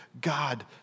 God